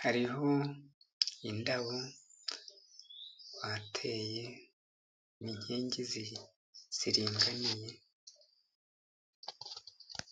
hariho indabo, bateye inkingi ziringaniye.